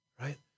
right